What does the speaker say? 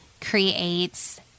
creates